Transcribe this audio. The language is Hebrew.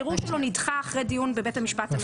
הערעור שלו נדחה אחרי דיון בבית המשפט המחוזי.